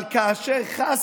אבל כאשר, חס